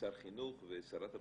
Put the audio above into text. ושר החינוך ושרת הבריאות,